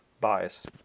bias